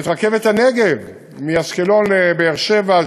את רכבת הנגב מאשקלון לבאר-שבע,